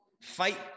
fight